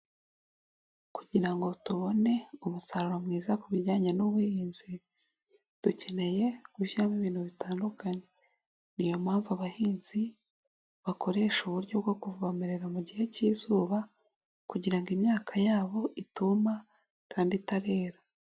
Kugira ngo tubone umusaruro mwiza ku bijyanye n'ubuhinzi, dukeneye gushyiramo ibintu bitandukanye. Niyo mpamvu abahinzi, bakoresha uburyo bwo kuvomerera mu gihe cy'izuba, kugira ngo imyaka yabo ituma kandi itabera.